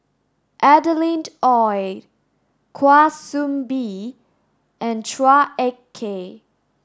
Adeline Ooi Kwa Soon Bee and Chua Ek Kay